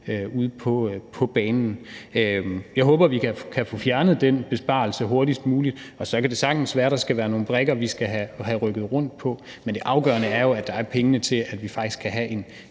ude på banen. Jeg håber, at vi kan få fjernet den besparelse hurtigst muligt, og så kan det sagtens være, at der skal være nogle brikker, vi skal have rykket rundt på, men det afgørende er jo, at der er penge til, at vi faktisk kan have en